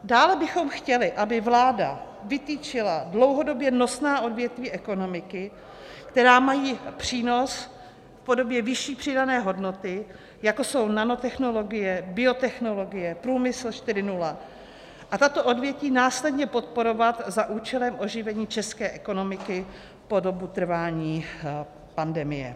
Dále bychom chtěli, aby vláda vytyčila dlouhodobě nosná odvětví ekonomiky, která mají přínos v podobě vyšší přidané hodnoty, jako jsou nanotechnologie, biotechnologie, Průmysl 4.0, a tato odvětví následně podporovat za účelem oživení české ekonomiky po dobu trvání pandemie.